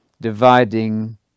dividing